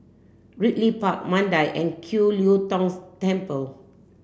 Ridley Park Mandai and Kiew Lee Tong Temple